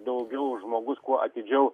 daugiau žmogus kuo atidžiau